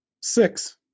six